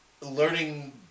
learning